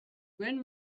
when